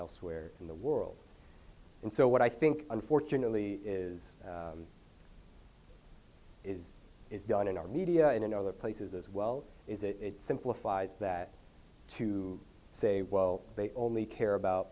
elsewhere in the world and so what i think unfortunately is is is done in our media and in other places as well is it simplifies that to say well they only care about